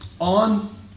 on